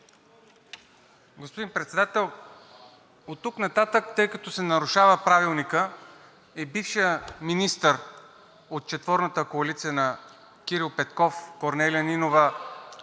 Господин Председател, оттук нататък, тъй като се нарушава Правилникът и бившият министър от четворната коалиция на Кирил Петков, Корнелия Нинова,